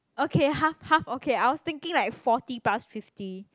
okay half half okay I was thinking like forty plus fifty